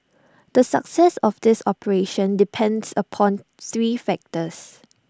the success of this operation depends upon three factors